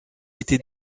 été